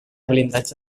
blindatge